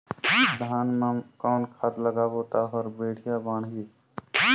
धान मा कौन खाद लगाबो ता ओहार बेडिया बाणही?